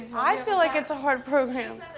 i feel like it's a hard program.